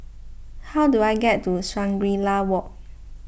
how do I get to Shangri La Walk